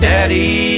Daddy